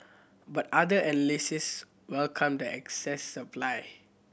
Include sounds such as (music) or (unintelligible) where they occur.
but other (unintelligible) welcomed excess supply